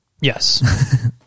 Yes